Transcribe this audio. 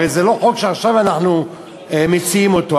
הרי זה לא חוק שעכשיו אנחנו מציעים אותו,